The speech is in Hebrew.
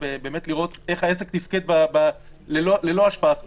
לראות איך העסק תפקד ללא השפעת קורונה.